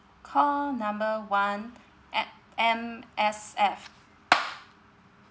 call number one at M_S_F